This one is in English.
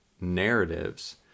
narratives